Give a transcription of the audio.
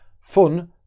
fun